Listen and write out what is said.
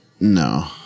No